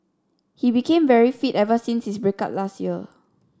he became very fit ever since his break up last year